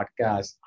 Podcast